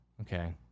Okay